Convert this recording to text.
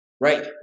right